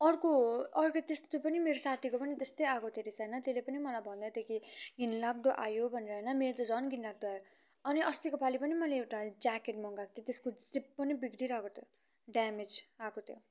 अर्को अर्को त्यस्तो पनि मेरो साथीको पनि त्यस्तै आएको थियो रहेछ होइन त्यसले पनि मलाई भन्दैथियो कि घिनलाग्दो आयो भनेर होइन मेरो त झन् घिनलाग्दो आयो अनि अस्तिको पालि पनि मैले एउटा ज्याकेट मगाएको थिएँ त्यसको जिप पनि बिग्रिरहेको थियो ड्यामेज आएको थियो